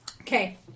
Okay